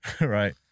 Right